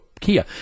Kia